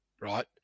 right